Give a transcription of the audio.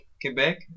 Quebec